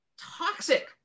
toxic